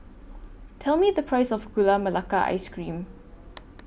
Tell Me The Price of Gula Melaka Ice Cream